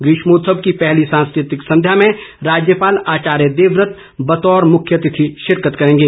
ग्रीष्मोत्सव की पहली सांस्कृतिक संध्या में राज्यपाल आचार्य देवव्रत बतौर मुख्यातिथि शिरकत करेंगे